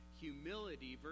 humility